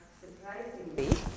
Surprisingly